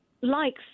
likes